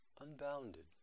unbounded